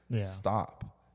Stop